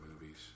movies